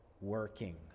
working